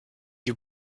you